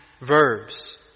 verbs